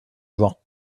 rock